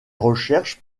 recherches